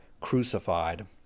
crucified